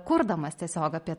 kurdamas tiesiog apie